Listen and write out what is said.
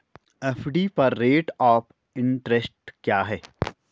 FD पर rate of interest क्या है?